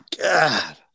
God